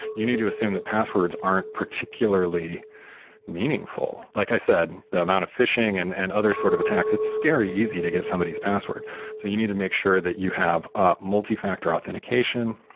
you need to assume that passwords aren't particularly meaningful like i said, the amount of phishing and and other sort of attacks, it's scary easy to get somebody's password, so you need to make sure that you have a multi-factor authentication,